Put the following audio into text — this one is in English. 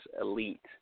Elite